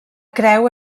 creu